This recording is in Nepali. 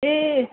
ए